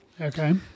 Okay